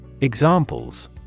Examples